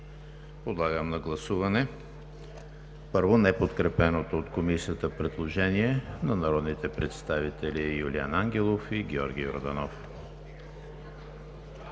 Подлагам на гласуване първо неподкрепеното от Комисията предложение на народните представители Юлиан Ангелов и Георги Йорданов.